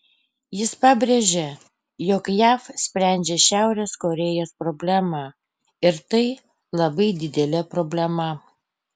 jis pabrėžė jog jav sprendžia šiaurės korėjos problemą ir tai labai didelė problema